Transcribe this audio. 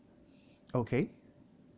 okay